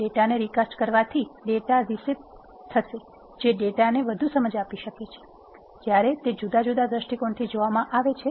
ડેટાને રિકાસ્ટ કરવાથી ડેટા રીસેપ થશે જે ડેટાને વધુ સમજ આપી શકે છે જ્યારે તે જુદા જુદા દ્રષ્ટિકોણથી જોવામાં આવે છે